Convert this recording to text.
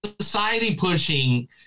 society-pushing